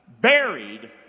buried